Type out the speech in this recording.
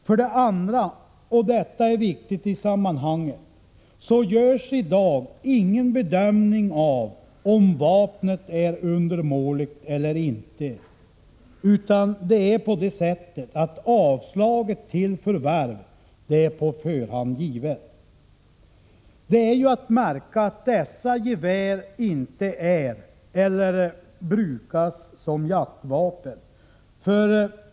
För det andra, och detta är viktigt i sammanhanget, görs för närvarande ingen bedömning av om vapnet är undermåligt eller inte. Avslag på ansökan om förvärv är på förhand givet. Det är att märka att dessa gevär inte är jaktvapen eller brukas som sådana.